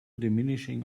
diminishing